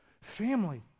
family